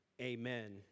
Amen